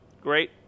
great